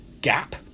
gap